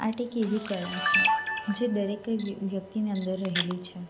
art એક એવી કળા છે જે દરેક વ્યક્તિની અંદર રહેલી છે